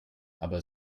aber